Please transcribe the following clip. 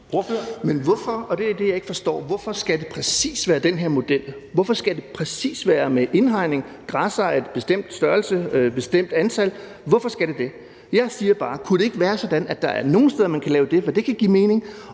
forstår – skal det præcis være den her model? Hvorfor skal det præcis være med indhegning, græssere af en bestemt størrelse og et bestemt antal? Hvorfor skal det det? Jeg spørger bare, om det ikke kunne være sådan, at der er nogle steder, hvor der kan laves det, fordi det kan give mening,